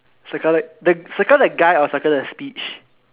circle it circle the guy or circle the speech